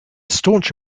staunch